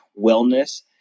wellness